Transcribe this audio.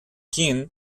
keane